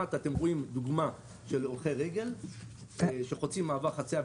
אתם רואים דוגמה להולכי רגל שחוצים במעבר חציה,